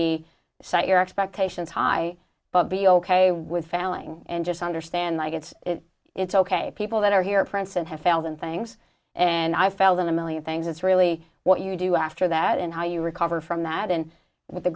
cite your expectations high but be ok with failing and just understand that it's it's ok people that are here prince and have failed and things and i felt in a million things it's really what you do after that and how you recover from that and with the